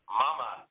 mama